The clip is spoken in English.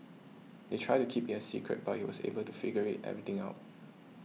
they tried to keep it a secret but he was able to figure it everything out